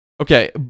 Okay